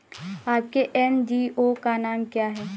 आपके एन.जी.ओ का नाम क्या है?